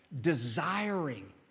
desiring